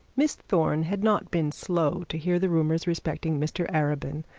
miss thorne had not been slow to hear the rumours respecting mr arabin,